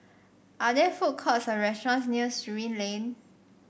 are there food courts or restaurants near Surin Lane